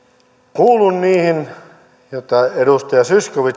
kuulun niihin joita edustaja zyskowicz